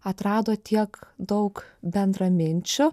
atrado tiek daug bendraminčių